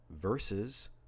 versus